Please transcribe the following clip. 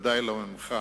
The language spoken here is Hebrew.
ודאי לא ממך,